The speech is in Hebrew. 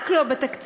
רק לא בתקציב.